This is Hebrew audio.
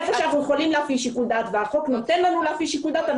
היכן שאנחנו יכולים להפעיל שיקול דעת והחוק מאפשר לנו להפעיל שיקול דעת,